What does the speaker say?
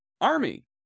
army